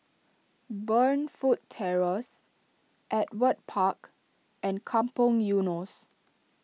Burnfoot Terrace Ewart Park and Kampong Eunos